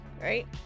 right